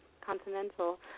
continental